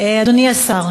אדוני השר,